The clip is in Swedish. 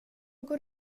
går